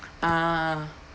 ah